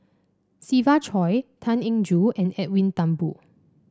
Siva Choy Tan Eng Joo and Edwin Thumboo